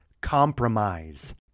compromise